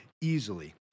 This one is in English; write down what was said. easily